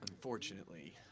Unfortunately